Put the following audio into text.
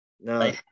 No